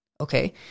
okay